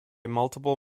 multiple